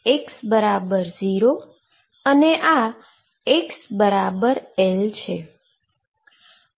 તો આ છે x0 અને xL છે